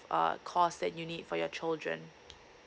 uh cost that you need for your children